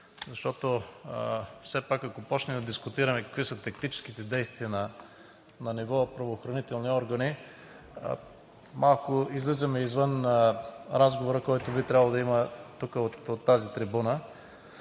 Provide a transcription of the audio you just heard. защото все пак, ако започнем да дискутираме какви са тактическите действия на ниво правоохранителни органи, излизаме малко извън разговора, който би трябвало да има тук, от тази трибуна,